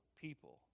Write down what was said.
people